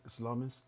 Islamists